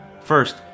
First